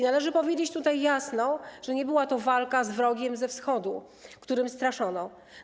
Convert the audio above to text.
Należy powiedzieć jasno, że nie była to walka z wrogiem ze wschodu, którym straszono.